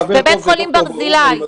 בבית חולים ברזילי.